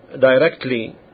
directly